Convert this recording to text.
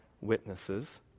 witnesses